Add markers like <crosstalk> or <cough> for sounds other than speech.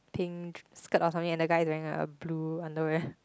pink skirt or something like that and the guy is wearing a blue underwear <laughs>